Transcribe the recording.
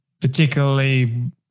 particularly